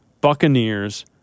Buccaneers